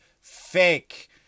fake